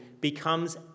becomes